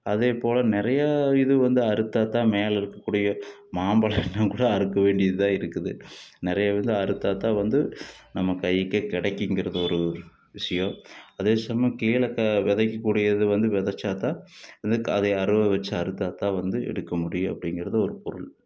அதேப்போல நிறையா இது வந்து அறுத்தால் தான் மேல இருக்கக்கூடிய மாம்பழன்னா கூட அறுக்க வேண்டியதாக இருக்குது நிறைய இதை அறுத்தால் தான் வந்து நம்ம கைக்கு கிடைக்குங்கறது ஒரு விஷயம் அதே சமயம் கீழே த விதைக்கக்கூடியது வந்து விதச்சா தான் வந்து அதை அருவால் வச்சு அறுத்தால் தான் வந்து எடுக்க முடியும் அப்படிங்குறது ஒரு பொருள்